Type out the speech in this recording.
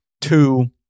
Two